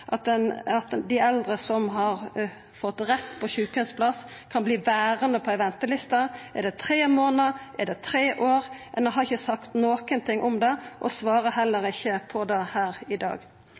år? Ein har ikkje sagt noko om det og svarar heller ikkje på det her i dag.